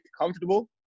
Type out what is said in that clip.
comfortable